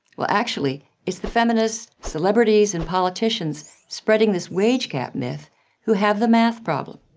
well, actually, it's the feminists, celebrities and politicians spreading this wage gap myth who have the math problem.